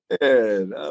man